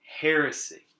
heresy